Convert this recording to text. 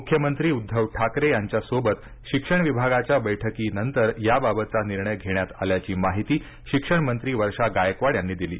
मुख्यमंत्री उद्धव ठाकरे यांच्यासोबत शिक्षण विभागाच्या बैठकीनंतर याबाबतचा निर्णय घेण्यात आल्याची माहिती शिक्षण मंत्री वर्षा गायकवाड यांनी दिली